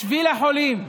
בשביל החולים,